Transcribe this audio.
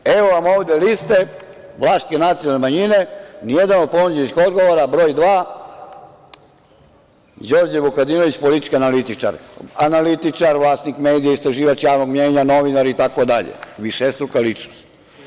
Evo vam ovde liste, vlaške nacionalne manjine, ni jedan od ponuđenih odgovora, broj 2 – Đorđe Vukadinović, politički analitičar, vlasnik medija, istraživač javnog mnjenja, novinar, itd, višestruka ličnost.